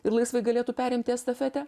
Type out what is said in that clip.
ir laisvai galėtų perimti estafetę